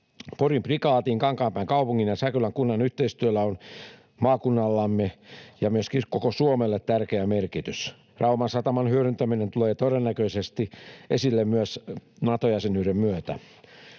Porin prikaatin, Kankaanpään kaupungin ja Säkylän kunnan yhteistyöllä on maakunnallemme ja myöskin koko Suomelle tärkeä merkitys. Rauman sataman hyödyntäminen tulee todennäköisesti esille myös Nato-jäsenyyden myötä.